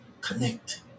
connect